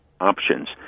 options